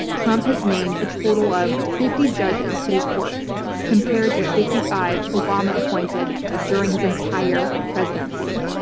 trump has named a total of fifty judges to these courts compared to fifty five obama appointed during his entire presidency.